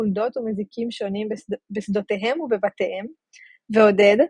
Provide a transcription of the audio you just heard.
חולדות ומזיקים שונים בשדותיהם ובבתיהם ועודד,